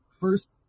First